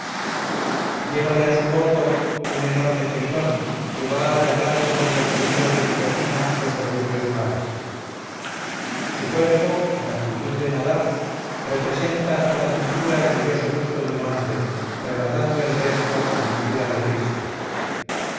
llévale a su bordo un enorme tritón que va aterrando con los sonidos de su bocina los cerúleos mares su cuerpo en actitud de nadar representa hasta la cintura el velloso busto de un hombre rematando el resto en figura de priste